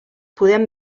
podem